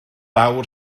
awr